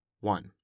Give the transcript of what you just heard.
one